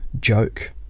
Joke